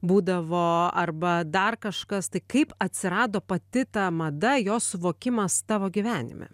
būdavo arba dar kažkas tai kaip atsirado pati ta mada jos suvokimas tavo gyvenime